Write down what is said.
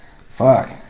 Fuck